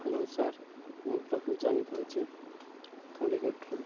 hello sir ମୁଁ ପ୍ରଫୁଲ୍ ଜାନି କହୁଛି ଫଡିିକଟରୁ